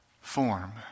form